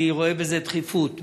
אני רואה בזה דחיפות.